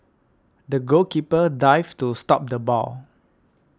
the goalkeeper dived to stop the ball